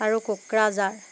আৰু কোকৰাঝাৰ